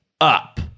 Up